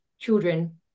children